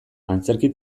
antzerki